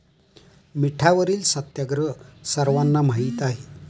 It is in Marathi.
मिठावरील सत्याग्रह सर्वांना माहीत आहे